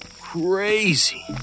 crazy